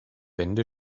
wände